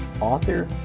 author